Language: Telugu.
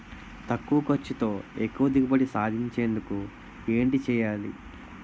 తక్కువ ఖర్చుతో ఎక్కువ దిగుబడి సాధించేందుకు ఏంటి చేయాలి?